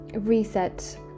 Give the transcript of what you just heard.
reset